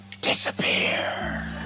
disappear